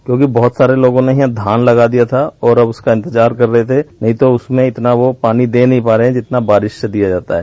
क्योंकि बहत सारे लोगों ने यहां धान लगा दिया था और अब उसका इंतजार कर रहे थे नहीं तो वह उसमें इतना पानी नहीं दे पा रहे थे जितना बारिश से दिया जाता है